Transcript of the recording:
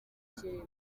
kirimo